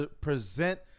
present